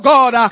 God